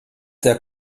der